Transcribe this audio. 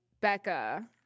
Becca